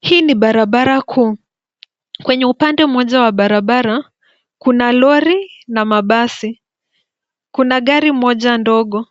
Hii ni barabara kuu. Kwenye upande moja wa barabara, kuna lori na mabasi. Kuna gari moja ndogo.